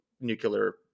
nuclear